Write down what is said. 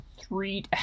three